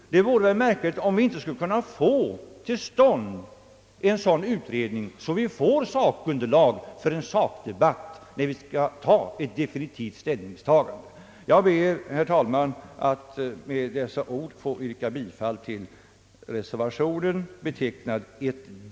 Det vore väl märkvärdigt om vi inte skulle få till stånd en sådan utredning så att vi erhåller underlag för en sakdebatt när vi skall ta ställning definitivt. Jag ber, herr talman, att med dessa ord få yrka bifall till reservationen d.